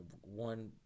one